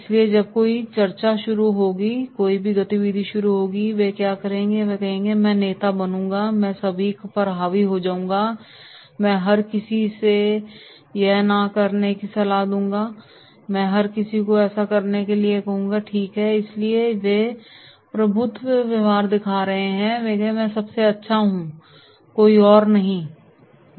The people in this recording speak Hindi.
इसलिए जब भी कोई चर्चा शुरू होगी कोई भी गतिविधि शुरू होगी वे क्या करेंगे वे कहेंगे मैं नेता बनूंगा मैं सभी पर हावी हो जाऊंगा मैं हर किसी से यह ना करने की सलाह दूंगा मैं हर किसी को ऐसा करने के लिए कहूंगा ठीक है इसलिए वे प्रभुत्व व्यवहार दिखा रहे हैं और वे कहेंगे मैं सबसे अच्छा हूं कोई अन्य नहीं